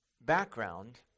background